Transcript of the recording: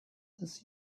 this